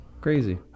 Crazy